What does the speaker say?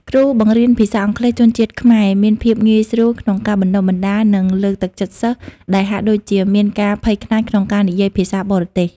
គ្រូបង្រៀនភាសាអង់គ្លេសជនជាតិខ្មែរមានភាពងាយស្រួលក្នុងការបញ្ចុះបញ្ចូល និងលើកទឹកចិត្តសិស្សដែលហាក់ដូចជាមានការភ័យខ្លាចក្នុងការនិយាយភាសាបរទេស។